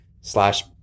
slash